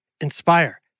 inspire